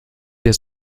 der